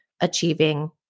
achieving